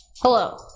Hello